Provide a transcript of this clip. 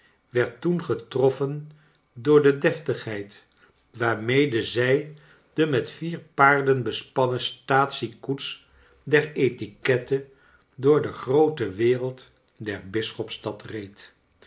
werd toen getroffen door de deftigheicl waarmede zij de met vier paarden bespannen staatsiekoets der etikette door de groote wereld der bisschopsstad reed